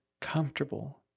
comfortable